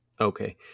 Okay